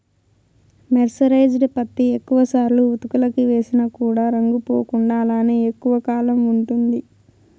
mercerised పత్తి ఎక్కువ సార్లు ఉతుకులకి వేసిన కూడా రంగు పోకుండా అలానే ఎక్కువ కాలం ఉంటుంది